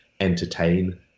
entertain